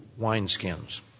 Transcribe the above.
wineskins